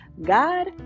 God